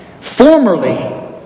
Formerly